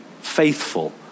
faithful